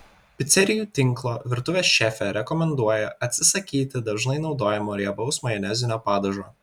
picerijų tinklo virtuvės šefė rekomenduoja atsisakyti dažnai naudojamo riebaus majonezinio padažo